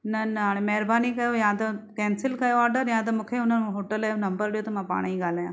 न न हाणे महिरबानी कयो या त कैंसिल कयो ऑर्डर या त मूंखे हुन होटल जो नंबरु ॾियो त मां पाण ई ॻाल्हाया